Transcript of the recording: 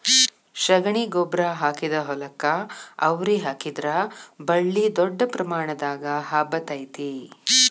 ಶಗಣಿ ಗೊಬ್ಬ್ರಾ ಹಾಕಿದ ಹೊಲಕ್ಕ ಅವ್ರಿ ಹಾಕಿದ್ರ ಬಳ್ಳಿ ದೊಡ್ಡ ಪ್ರಮಾಣದಾಗ ಹಬ್ಬತೈತಿ